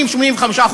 80% 85%,